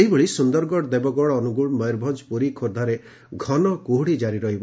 ସେହିଭଳି ସୁନ୍ଦରଗଡ଼ ଦେବଗଡ଼ ଅନୁଗୁଳ ମୟରଭଞ୍ଞ ପୁରୀ ଖୋର୍ବ୍ବାରେ ଘନକୁହୁଡ଼ି କାରି ରହିବ